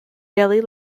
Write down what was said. jelly